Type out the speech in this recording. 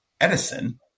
Edison